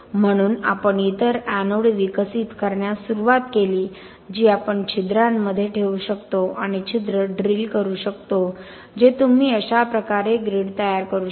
म्हणून आपण इतर एनोड विकसित करण्यास सुरुवात केली जी आपण छिद्रांमध्ये ठेवू शकतो आणि छिद्र ड्रिल करू शकतो जे तुम्ही अशा प्रकारे ग्रिड तयार करू शकता